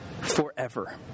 forever